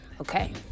okay